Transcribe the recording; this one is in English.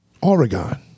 Oregon